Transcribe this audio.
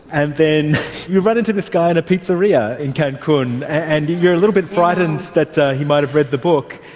and then you ran into this guy in a pizzeria in cancun and you are a little bit frightened that he might have read the book.